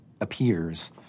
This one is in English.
appears